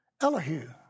Elihu